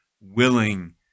willing